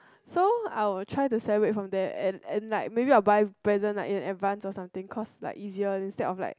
so I will try to celebrate from there and and like maybe I'll buy a present lah in advance or something cause like easier instead of like